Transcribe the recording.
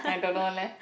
I don't know leh